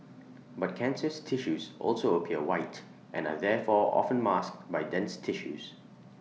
but cancerous tissues also appear white and are therefore often masked by dense tissues